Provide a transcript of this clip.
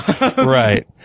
right